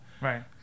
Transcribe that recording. Right